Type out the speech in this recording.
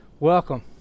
welcome